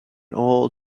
old